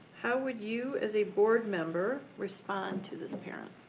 how would you, as a board member, respond to this parent.